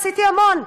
עשיתי המון.